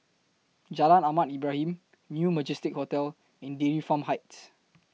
Jalan Ahmad Ibrahim New Majestic Hotel and Dairy Farm Heights